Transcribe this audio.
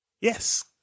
yes